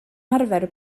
arfer